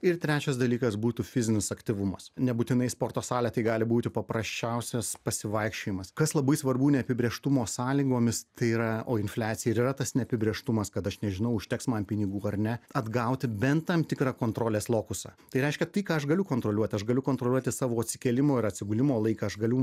ir trečias dalykas būtų fizinis aktyvumas nebūtinai sporto salę tai gali būti paprasčiausias pasivaikščiojimas kas labai svarbu neapibrėžtumo sąlygomis tai yra o infliacija ir yra tas neapibrėžtumas kad aš nežinau užteks man pinigų ar ne atgauti bent tam tikrą kontrolės lokusą tai reiškia tai ką aš galiu kontroliuoti aš galiu kontroliuoti savo atsikėlimo ir atsigulimo laiką aš galiu